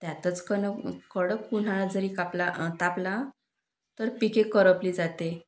त्यातच कणव कडक उन्हाळा जरी कापला तापला तर पिके करपली जाते